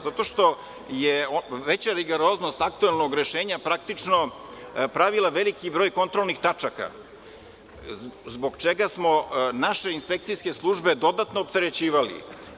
Zato što je veća rigoroznost aktuelnog rešenja praktično pravila veliki broj kontrolnih tačaka, zbog čega smo naše inspekcijske službe dodatno opterećivali.